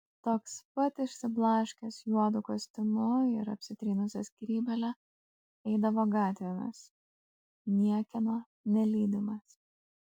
toks pat išsiblaškęs juodu kostiumu ir apsitrynusia skrybėle eidavo gatvėmis niekieno nelydimas